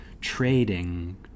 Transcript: trading